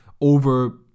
over